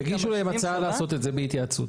יגישו להם הצעה לעשות את זה בהתייעצות.